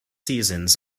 seasons